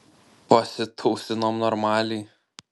pasitūsinom normaliai